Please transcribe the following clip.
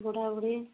ବୁଢ଼ା ବୁଢ଼ୀ